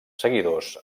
seguidors